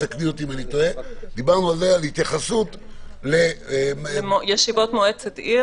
דיברנו על התייחסות למועצת עיר